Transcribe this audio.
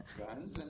guns